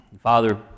Father